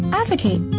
advocate